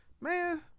Man